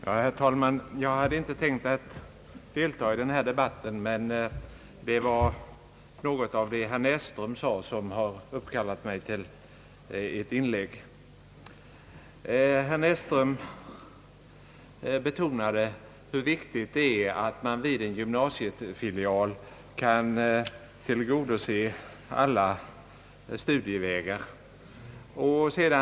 Herr talman! Jag hade inte tänkt att delta i denna debatt, men herr Näsström sade något som uppkallade mig till ett inlägg. Herr Näsström betonade hur viktigt det är att man vid en gymnasiefilial kan tillgodose alla studievägar.